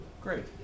Great